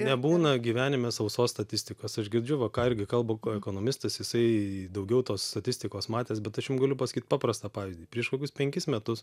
nebūna gyvenime sausos statistikos aš girdžiu va ką irgi kalba ekonomistas jisai daugiau tos statistikos matęs bet aš jum galiu pasakyt paprastą pavyzdį prieš kokius penkis metus